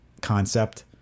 concept